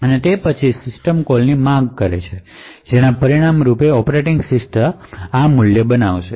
અને તે પછી સિસ્ટમ કોલની માંગ કરે છે જેના પરિણામ રૂપે ઑપરેટિંગ સિસ્ટમ વેલ્યુ બનાવશે